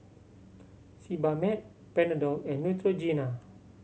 Sebamed Panadol and Neutrogena